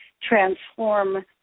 transform